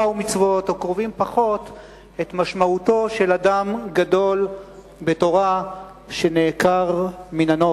ומצוות או קרובים פחות את משמעותו של אדם גדול בתורה שנעקר מן הנוף.